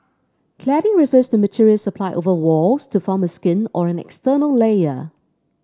cladding refers to materials applied over walls to form a skin or an external layer